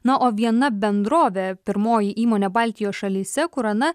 na o viena bendrovė pirmoji įmonė baltijos šalyse kurana